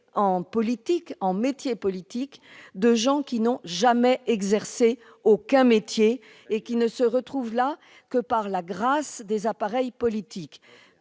en métier politique de gens n'ayant jamais exercé aucun métier et qui ne se trouvent là où ils sont que par la grâce d'appareils politiques.